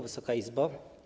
Wysoka Izbo!